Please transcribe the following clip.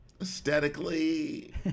aesthetically